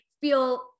feel